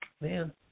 man